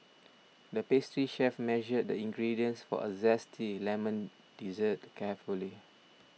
the pastry chef measured the ingredients for a Zesty Lemon Dessert carefully